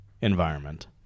environment